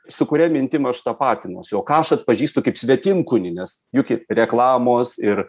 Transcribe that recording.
su kuria mintim aš tapatinuosi o ką aš atpažįstu kaip svetimkūnį nes juk reklamos ir